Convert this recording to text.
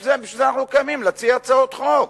בשביל זה אנחנו קיימים, להציע הצעות חוק.